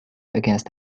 against